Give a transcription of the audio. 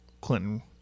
Clinton